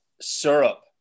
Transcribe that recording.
syrup